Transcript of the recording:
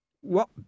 What